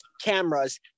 cameras